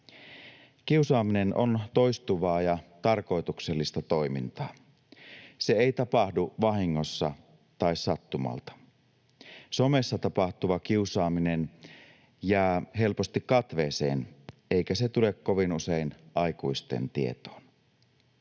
Kiusaaminen on toistuvaa ja tarkoituksellista toimintaa, se ei tapahdu vahingossa tai sattumalta. Somessa tapahtuva kiusaaminen jää helposti katveeseen, eikä se tule kovin usein aikuisten tietoon.